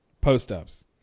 post-ups